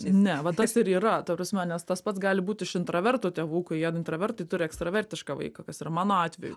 ne va tas ir yra ta prasme nes tas pats gali būt iš intravertų tėvų kai jie intravertai turi ekstravertišką vaiką kas yra mano atveju